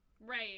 Right